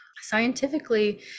scientifically